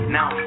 now